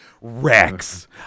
Rex